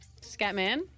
Scatman